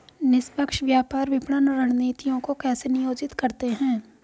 निष्पक्ष व्यापार विपणन रणनीतियों को कैसे नियोजित करते हैं?